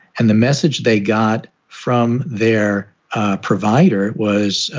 and the message they got from their provider was,